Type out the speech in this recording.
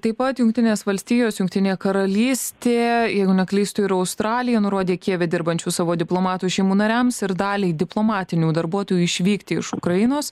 taip pat jungtinės valstijos jungtinė karalystė jeigu neklystu ir australija nurodė kijeve dirbančių savo diplomatų šeimų nariams ir daliai diplomatinių darbuotojų išvykti iš ukrainos